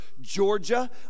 Georgia